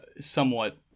somewhat